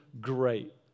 great